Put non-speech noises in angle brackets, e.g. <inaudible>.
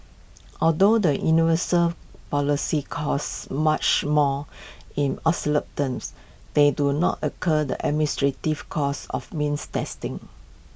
although the universal policies cost much more in <unintelligible> terms they do not occur the administrative costs of means testing